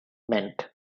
meant